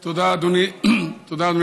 תודה, אדוני היושב-ראש.